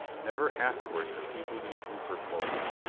never afterward could he believe rupert loyal.